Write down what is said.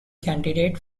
candidate